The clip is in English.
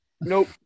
Nope